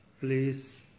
please